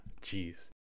jeez